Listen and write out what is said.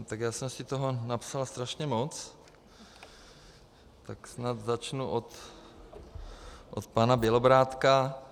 Já jsem si toho napsal strašně moc, tak snad začnu od pana Bělobrádka.